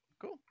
cool